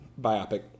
biopic